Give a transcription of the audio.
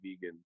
vegan